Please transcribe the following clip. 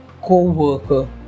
co-worker